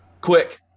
quick